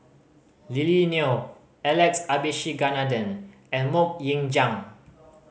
Lily Neo Alex Abisheganaden and Mok Ying Jang